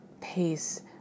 pace